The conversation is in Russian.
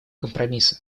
компромисса